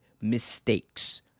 mistakes